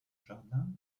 jardin